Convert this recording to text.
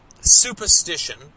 superstition